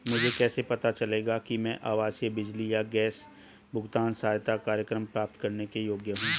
मुझे कैसे पता चलेगा कि मैं आवासीय बिजली या गैस भुगतान सहायता कार्यक्रम प्राप्त करने के योग्य हूँ?